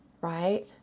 right